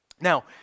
Now